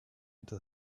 into